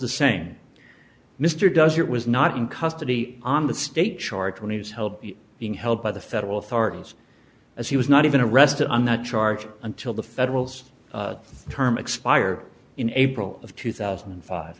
the same mr does it was not in custody on the state charge when he was held being held by the federal authorities as he was not even arrested on that charge until the federal term expired in april of two thousand and five